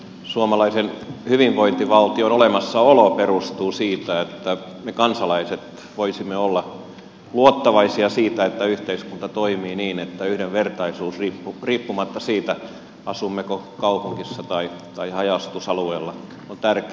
suomalaisen hyvinvointivaltion olemassaolo perustuu siihen että me kansalaiset voisimme olla luottavaisia sen suhteen että yhteiskunta toimii niin että yhdenvertaisuus riippumatta siitä asummeko kaupungissa vai haja asutusalueella on tärkeä